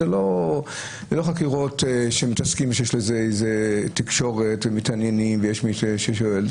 זה לא חקירות שיש תקשורת ומתעניינים ויש מי ששואל.